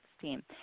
team